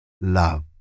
love